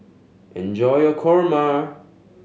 enjoy your kurma